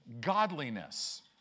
godliness